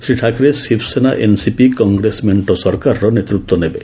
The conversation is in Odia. ଶ୍ରୀ ଠାକ୍ରେ ଶିବସେନା ଏନ୍ସିପି କଂଗ୍ରେସ ମେଣ୍ଟ ସରକାରର ନେତୃତ୍ୱ ନେବେ